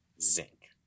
zinc